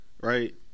right